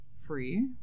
free